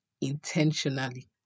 intentionally